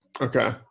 Okay